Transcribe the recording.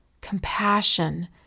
compassion